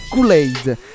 Kool-Aid